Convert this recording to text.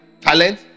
talent